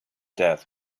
death